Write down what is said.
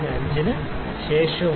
5 ന് ശേഷവുമാണ്